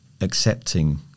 accepting